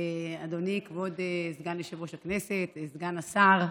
אדוני כבוד סגן יושב-ראש הכנסת, סגן השר,